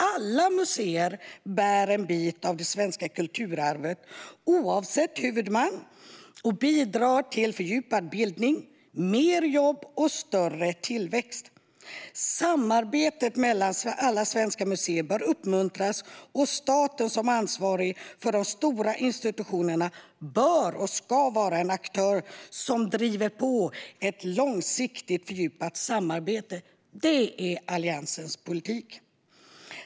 Alla museer bär en bit av det svenska kulturarvet, oavsett huvudman, och bidrar till fördjupad bildning, fler jobb och större tillväxt. Samarbetet mellan alla svenska museer bör uppmuntras. Och staten, som ansvarig för de stora institutionerna, bör och ska vara en aktör som driver på för ett långsiktigt fördjupat samarbete. Det är Alliansens politik.